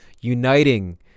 uniting